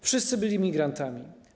Wszyscy byli migrantami.